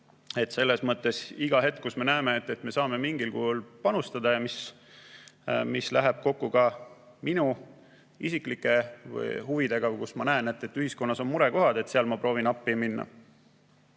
Selles mõttes igal pool, kus me näeme, et me saame mingil kujul panustada ja see läheb kokku ka minu isiklike huvidega, või kus ma näen, et ühiskonnas on murekohad, proovime appi minna.